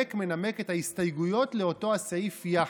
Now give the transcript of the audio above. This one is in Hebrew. המנמק מנמק את ההסתייגויות לאותו הסעיף יחד.